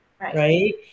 Right